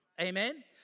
Amen